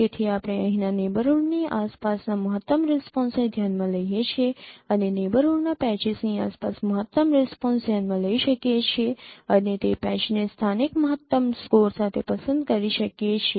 તેથી આપણે અહીંના નેબરહૂડની આસપાસના મહત્તમ રિસ્પોન્સને ધ્યાનમાં લઈએ છીએ અને નેબરહૂડના પેચીસની આસપાસ મહત્તમ રિસ્પોન્સ ધ્યાનમાં લઈ શકીએ છીએ અને તે પેચને સ્થાનિક મહત્તમ સ્કોર સાથે પસંદ કરી શકીએ છીએ